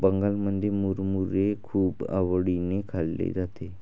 बंगालमध्ये मुरमुरे खूप आवडीने खाल्ले जाते